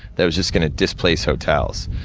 that was just gonna displace hotels.